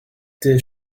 did